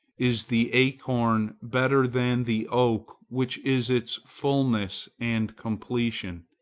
is the acorn better than the oak which is its fulness and completion?